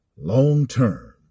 Long-term